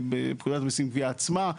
בפקודת המיסים (גבייה) עצמה.